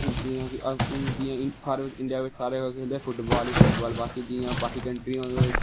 जियां कि अस हून के सारे इंडिया बिच सारे केह् खेलदे फुटबाल ही फुटबाल जियां बाकी कंट्रियां होंदियां